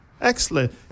Excellent